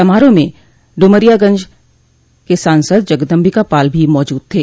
समारोह में डुमरियागंज के सांसद जगदम्बिकापाल भी मौजूद थे